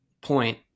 point